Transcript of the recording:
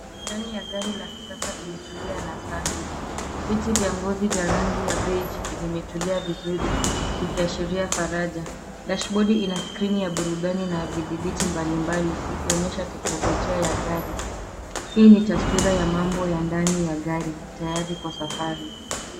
Ndani ya gari la kisasa imetulia na safi. Viti vya ngozi vya rangi ya beige vimetulia vizuri vikiashiria faraja. Dashbodi ina skrini ya burudani na vidhibiti mbalimbali ikionyesha teknolojia ya gari. Hii ni taswira ya mambo ya ndani ya gari tayari kwa safari.